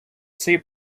цей